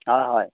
অঁ হয়